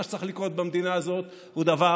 מה שצריך לקרות במדינה הזאת הוא דבר